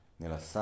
nella